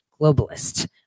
globalist